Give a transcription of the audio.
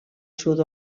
sud